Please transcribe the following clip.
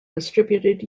distributed